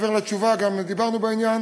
מעבר לתשובה גם דיברנו בעניין,